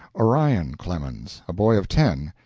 orion clemens, a boy of ten,